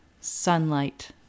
sunlight